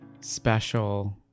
special